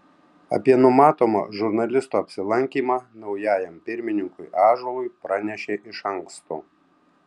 apie numatomą žurnalisto apsilankymą naujajam pirmininkui ąžuolui pranešė iš anksto